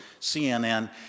cnn